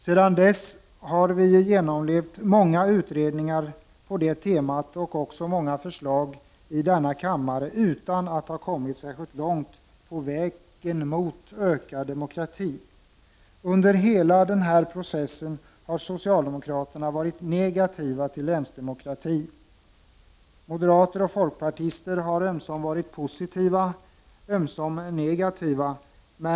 Sedan dess har vi genomlevt många utredningar på det temat och också många förslag i denna kammare utan att ha kommit särskilt långt på vägen mot ökad demokrati. Under hela denna process har socialdemokraterna varit negativa till länsdemokrati. Moderater och folkpartister har ömsom varit positiva, ömsom negativa.